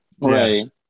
Right